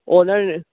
ਉਨ੍ਹਾਂ ਨੇ